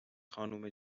خانم